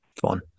fun